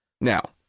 Now